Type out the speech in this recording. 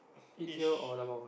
dish